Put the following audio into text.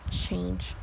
change